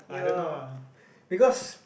I don't know ah because